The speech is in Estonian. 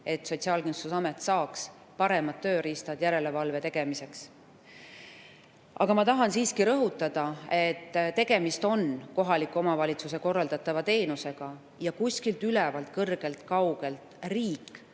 et Sotsiaalkindlustusamet saaks paremad tööriistad järelevalve tegemiseks. Aga ma tahan siiski rõhutada, et tegemist on kohaliku omavalitsuse korraldatava teenusega ja kuskilt ülevalt, kõrgelt, kaugelt ei